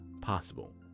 possible